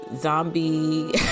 zombie